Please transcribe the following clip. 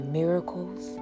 miracles